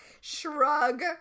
Shrug